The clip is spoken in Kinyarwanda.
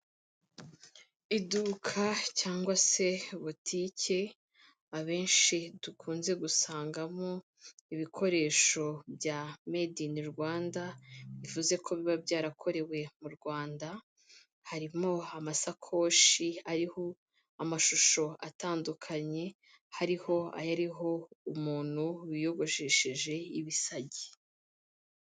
Iduka cyangwa se butike abenshi dukunze gusangamo ibikoresho bya made in Rwanda bivuze ko biba byarakorewe mu Rwanda harimo amasakoshi ariho amashusho atandukanye hariho ayariho umuntu wiyogoshesheje ibisagi.